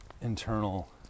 internal